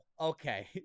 Okay